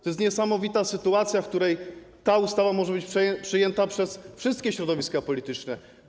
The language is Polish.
To jest niesamowita sytuacja, w której ta ustawa może być przyjęta przez wszystkie środowiska polityczne.